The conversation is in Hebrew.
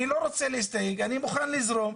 אני לא רוצה להסתייג, אני מוכן לזרום,